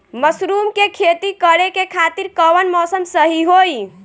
Mushroom के खेती करेके खातिर कवन मौसम सही होई?